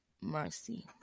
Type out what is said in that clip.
Mercy